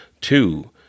two